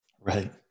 right